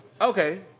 Okay